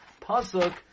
Pasuk